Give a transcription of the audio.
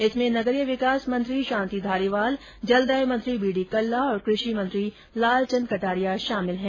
इसमें नगरीय विकास मंत्री शांति धारीवाल जलदाय मंत्री बी डी कल्ला और कृषि मंत्री लालचन्द कटारिया शामिल है